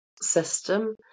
system